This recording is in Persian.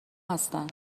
هستن